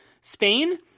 Spain